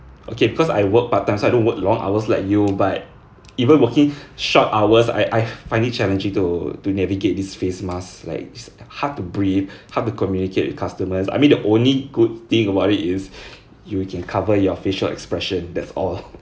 okay because I work part time so I don't work long hours like you but even working short hours I I find it challenging to to navigate these face mask like it's hard to breathe hard to communicate with customers I mean the only good thing about it is you can cover your facial expression that's all